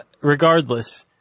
regardless